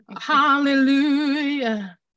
Hallelujah